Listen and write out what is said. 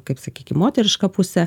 kaip sakykim moterišką pusę